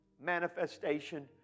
manifestation